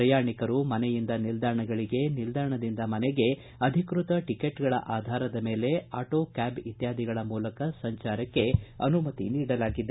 ಪ್ರಯಾಣಿಕರು ಮನೆಯಿಂದ ನಿಲ್ದಾಣಗಳಿಗೆ ನಿಲ್ದಾಣದಿಂದ ಮನೆಗೆ ಅಧಿಕೃತ ಟಿಕೆಟ್ಗಳ ಆಧಾರದ ಮೇಲೆ ಆಟೋ ಕ್ಯಾಬ್ ಇತ್ಯಾದಿಗಳ ಮೂಲಕ ಸಂಚಾರಕ್ಕೆ ಅನುಮತಿ ನೀಡಲಾಗಿದೆ